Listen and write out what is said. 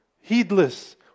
heedless